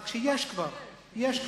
רק שכבר יש.